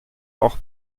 auch